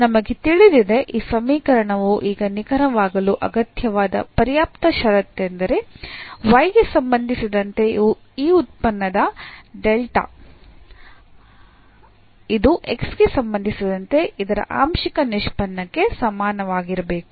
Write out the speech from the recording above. ನಮಗೆ ತಿಳಿದಿದೆ ಈ ಸಮೀಕರಣವು ಈಗ ನಿಖರವಾಗಿರಲು ಅಗತ್ಯವಾದ ಪರ್ಯಾಪ್ತ ಷರತ್ತೆಂದರೆ y ಗೆ ಸಂಬಂಧಿಸಿದಂತೆ ಈ ಉತ್ಪನ್ನದ del ಇದು x ಗೆ ಸಂಬಂಧಿಸಿದಂತೆ ಇದರ ಆಂಶಿಕ ನಿಷ್ಪನ್ನಕ್ಕೆ ಸಮನಾಗಿರಬೇಕು